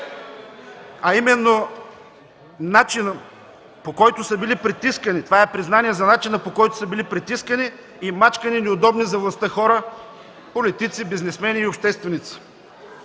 А именно, начинът, по който са били притискани – това е признание за начина, по който са били притискани и мачкани неудобни за властта хора, политици, бизнесмени и общественици.